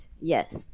yes